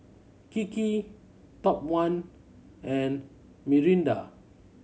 Kiki Top One and Mirinda